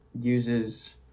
uses